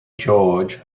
george